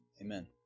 Amen